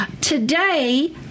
today